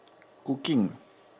cooking